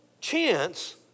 chance